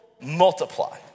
Multiply